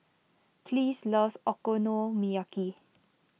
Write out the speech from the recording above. please loves Okonomiyaki